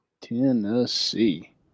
Tennessee